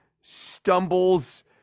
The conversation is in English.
stumbles